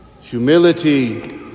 Humility